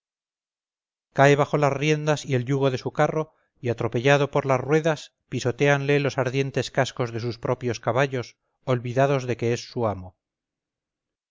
cae bajo las riendas y el yugo de su carro y atropellado por las ruedas pisotéanle los ardientes cascos de sus propios caballos olvidados de que es su amo